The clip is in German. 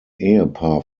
ehepaar